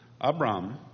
Abram